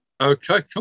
Okay